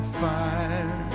fire